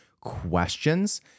questions